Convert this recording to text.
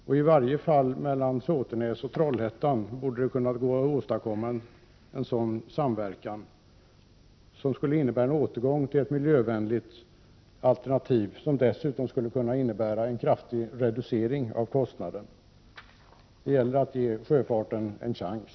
I varje fall när det gäller Såtenäs och Trollhättan borde det gå att åstadkomma en sådan samverkan, något som skulle innebära en återgång till ett miljövänligt alternativ och dessutom skulle kunna medföra en kraftig reducering av kostnaderna. Det gäller att ge sjöfarten en chans.